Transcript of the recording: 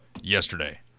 yesterday